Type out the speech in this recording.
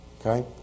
Okay